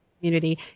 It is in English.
community